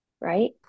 right